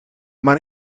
maar